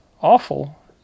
awful